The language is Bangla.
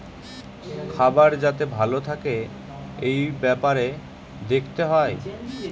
খাবার যাতে ভালো থাকে এই বেপারে দেখতে হয়